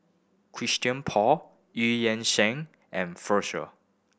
Christian Paul Eu Yan Sang and